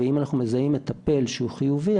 ואם אנחנו מזהים מטפל שהוא חיובי,